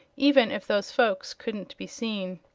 even if those folks couldn't be seen.